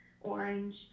orange